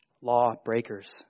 lawbreakers